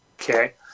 Okay